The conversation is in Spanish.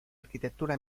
arquitectura